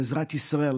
לעזרת ישראל,